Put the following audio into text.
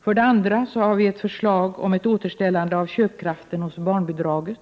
För det andra har vi ett förslag om återställande av köpkraften hos barnbidraget.